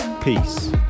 peace